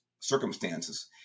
circumstances